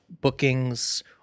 bookings